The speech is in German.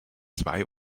zwei